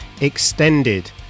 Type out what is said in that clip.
Extended